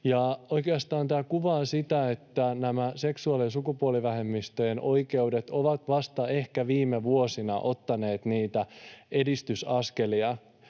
Oikeastaan tämä kuvaa sitä, että seksuaali‑ ja sukupuolivähemmistöjen oikeudet ovat ehkä vasta viime vuosina ottaneet niitä edistysaskelia,